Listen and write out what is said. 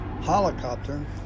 helicopter